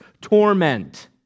torment